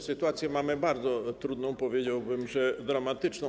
Sytuację mamy bardzo trudną, powiedziałbym, że dramatyczną.